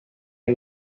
los